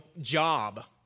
job